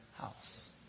house